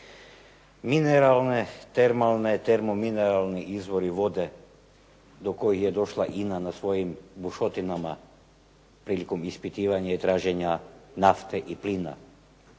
mineralne, termalne, termomineralni izvori vode do kojih je došla INA na svojim bušotinama prilikom ispitivanja i traženja nafte i plina.